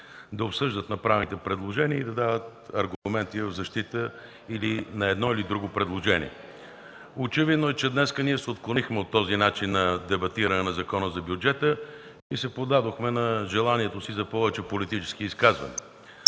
да обсъждат направените предложения и да дават аргументи в защита или не на едно или друго предложение. Очевидно днес се отклонихме от този начин на дебатиране на законопроекта за бюджета и се отдадохме на желанието си за повече политически изказвания.